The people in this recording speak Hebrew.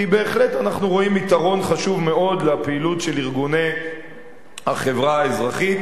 כי בהחלט אנחנו רואים יתרון חשוב מאוד בפעילות של ארגוני החברה האזרחית.